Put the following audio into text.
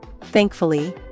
Thankfully